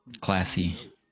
Classy